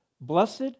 Blessed